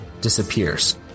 disappears